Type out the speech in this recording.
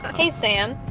hey, sam.